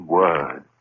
word